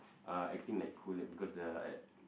uh acting like cool like because the uh